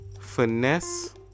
finesse